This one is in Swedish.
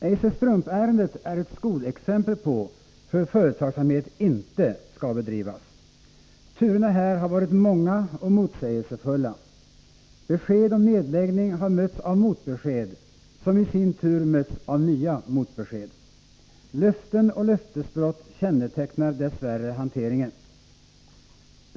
Eiser Strump-ärendet är ett skolexempel på hur företagsamhet inte skall bedrivas. Turerna här har varit många och motsägelsefulla. Besked om nedläggning har mötts av motbesked — som i sin tur mötts av nya motbesked. Löften och löftesbrott kännetecknar dess värre hanteringen.